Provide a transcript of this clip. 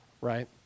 right